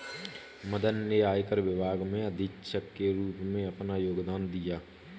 मदन ने आयकर विभाग में अधीक्षक के रूप में अपना योगदान दिया